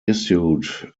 issued